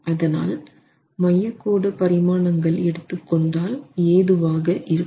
அதனால் மையக் கோடு பரிமாணங்கள் எடுத்துக் கொண்டால் ஏதுவாக இருக்கும்